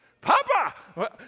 Papa